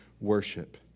worship